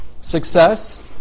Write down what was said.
success